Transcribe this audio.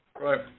Right